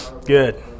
Good